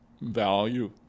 value